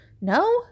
No